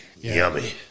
Yummy